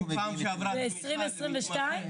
ל-2022?